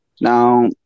now